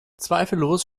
zweifellos